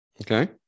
Okay